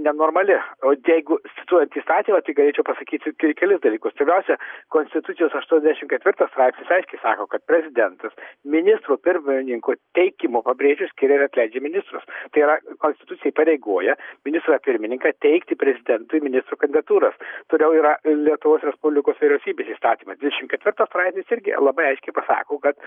nenormali o jeigu cituojant įstatymą tai galėčiau pasakyti tik kelis dalykus pirmiausia konstitucijos aštuoniasdešimt ketvirtas straipsnis aiškiai sako kad prezidentas ministro pirmininko teikimu pabrėžiu skiria atleidžia ministrus tai yra konstitucija įpareigoja ministrą pirmininką teikti prezidentui ministrų kandidatūras toliau yra lietuvos respublikos vyriausybės įstatymas dvidešimt ketvirtas straipsnis irgi labai aiškiai pasako kad